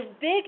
big